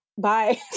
bye